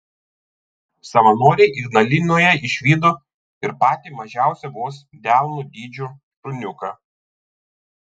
savanoriai ignalinoje išvydo ir patį mažiausią vos delno dydžio šuniuką